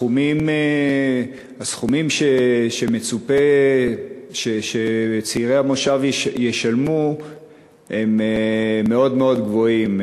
הסכומים שמצופה שצעירי המושב ישלמו הם מאוד מאוד גבוהים,